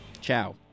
Ciao